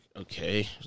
okay